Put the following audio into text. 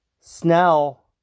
Snell